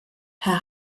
herr